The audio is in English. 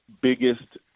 biggest